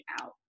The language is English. out